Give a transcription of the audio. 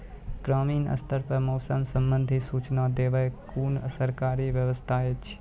ग्रामीण स्तर पर मौसम संबंधित सूचना देवाक कुनू सरकारी व्यवस्था ऐछि?